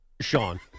Sean